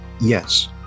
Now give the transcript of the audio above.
Yes